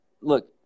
look